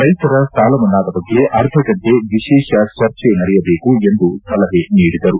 ರೈತರ ಸಾಲಮನ್ನಾದ ಬಗ್ಗೆ ಅರ್ಧಗಂಟೆ ವಿಶೇಷ ಚರ್ಚೆ ನಡೆಯಬೇಕೆಂದು ಸಲಹೆ ನೀಡಿದರು